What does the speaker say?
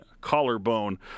collarbone